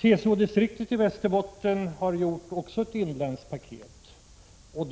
TCO-distriktet i Västerbotten har också gjort ett inlandspaket.